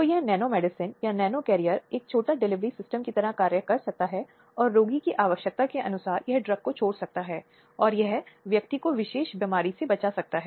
तो जुर्माना दस साल से लेकर आजीवन कारावास तक हो सकता है और किसी मामले में मृत्यु से संबंधित भी हो सकता है